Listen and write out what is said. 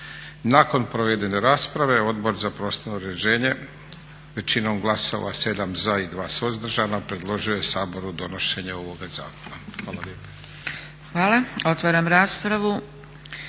Nakon provedene rasprave Odbor za prostorno uređenje većinom glasova 7 za i 2 suzdržana predložio je Saboru donošenje ovoga zakona. Hvala